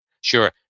Sure